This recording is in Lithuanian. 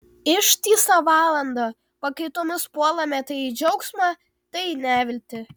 ištisą valandą pakaitomis puolame tai į džiaugsmą tai į neviltį